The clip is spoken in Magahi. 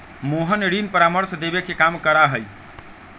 मोहन ऋण परामर्श देवे के काम करा हई